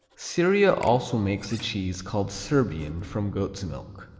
syria also makes a cheese called serbian from goat's milk.